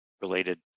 related